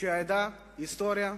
שידעה ההיסטוריה